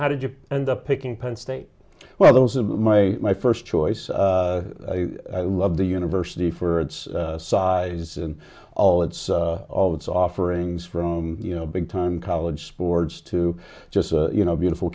how did you end up picking penn state well those of my my first choice i love the university for its size and all its all its offerings from you know big time college sports to just you know beautiful